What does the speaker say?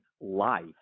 life